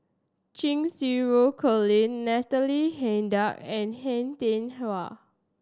Cheng Xinru Colin Natalie Hennedige and Han Tian Hua